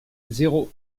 zéro